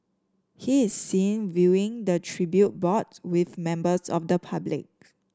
he is seen viewing the tribute board with members of the public